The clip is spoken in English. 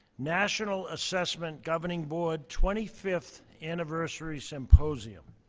national assessment governing board twenty fifth anniversary symposium.